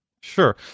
Sure